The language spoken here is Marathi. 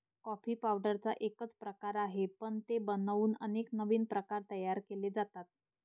कॉफी पावडरचा एकच प्रकार आहे, पण ते बनवून अनेक नवीन प्रकार तयार केले जातात